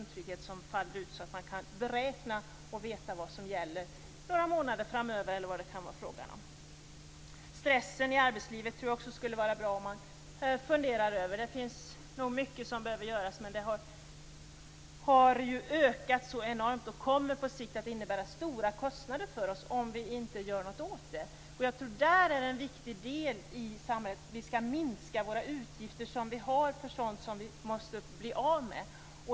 De kan då beräkna och veta vad som gäller några månader framöver. Det skulle vara bra om vi kunde fundera över stressen i arbetslivet. Det finns nog mycket som behöver göras. Stressen har ökat enormt, och den kommer på sikt att innebära stora kostnader för oss om inget görs. Det är en viktig del i samhället att kunna minska utgifter i samhället för sådant som vi vill bli av med.